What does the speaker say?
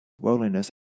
worldliness